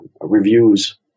reviews